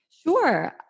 Sure